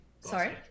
sorry